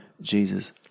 Jesus